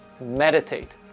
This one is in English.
Meditate